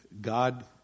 God